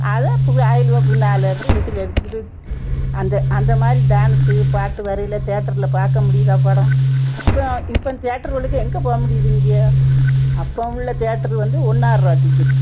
அதை பயலுகள் பின்னால் இருந்து விசிலு அடிச்சுக்கிட்டு அந்த அந்த மாதிரி டான்ஸு பாட்டு வரிகளை தேட்ரில் பார்க்க முடியுதா படம் இப்போ இப்பம் தேட்ருவுகளுக்கு எங்கே போக முடியுது இங்கே அப்போ உள்ள தேட்ரு வந்து ஒன்னாரூவா டிக்கெட்டு